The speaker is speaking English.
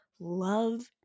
Love